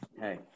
Hey